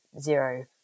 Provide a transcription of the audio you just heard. zero